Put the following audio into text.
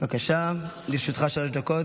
בבקשה, לרשותך שלוש דקות.